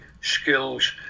skills